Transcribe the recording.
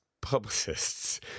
publicists